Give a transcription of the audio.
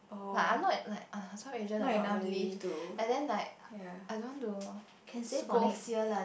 but I'm not like tour agent like not really and then like I don't want to go